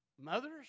mothers